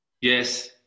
Yes